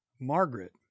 Margaret